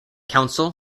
council